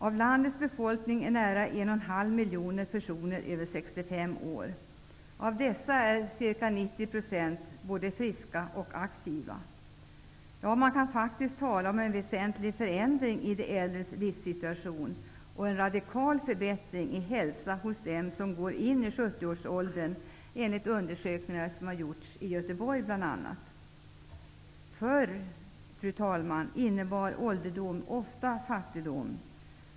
Av landets befolkning är nära en och en halv miljoner personer över 65 år. Av dessa är ca 90 % både friska och aktiva. Ja, man kan faktiskt tala om en väsentlig förändring i de äldres livssituation och en radikal förbättring i hälsa hos dem som går in i 70-årsåldern enligt undersökningar som bl.a. har gjorts i Göteborg. Fru talman! Förr innebar ålderdom ofta fattigdom.